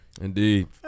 Indeed